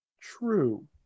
True